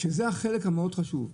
שזה החלק החשוב מאוד.